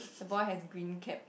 the boy has green cap